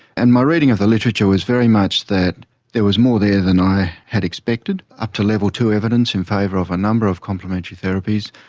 and my reading of the literature was very much that there was more there than i had expected, up to level two evidence in favour of a number of complementary therapies,